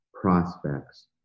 prospects